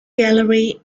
gallery